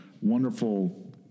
wonderful